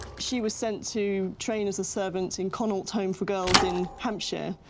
she was sent to train as a servant in connaught home for girls in hampshire,